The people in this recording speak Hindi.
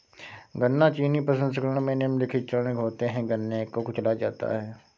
गन्ना चीनी प्रसंस्करण में निम्नलिखित चरण होते है गन्ने को कुचला जाता है